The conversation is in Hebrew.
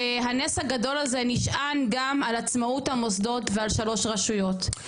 והנס הגדול הזה נשען גם על עצמאות המוסדות ועל שלוש רשויות.